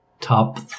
top